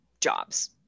jobs